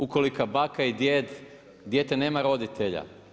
U koliko baka i djed, dijete nema roditelja?